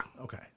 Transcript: Okay